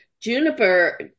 juniper